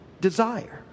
desire